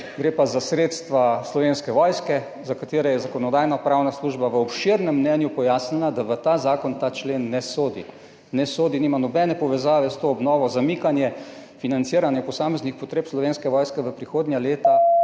gre pa za sredstva Slovenske vojske, za kar je Zakonodajno-pravna služba v obširnem mnenju pojasnila, da v ta zakon ta člen ne sodi. Ne sodi, nima nobene povezave s to obnovo, zamikanje financiranja posameznih potreb Slovenske vojske v prihodnja leta